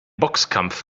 boxkampf